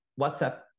WhatsApp